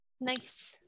Nice